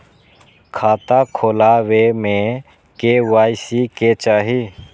खाता खोला बे में के.वाई.सी के चाहि?